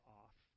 off